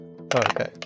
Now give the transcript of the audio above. Okay